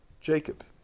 Jacob